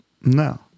No